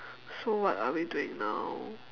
so what are we doing now